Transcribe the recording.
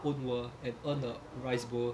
own world and earn a rice bowl